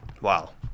Wow